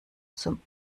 zum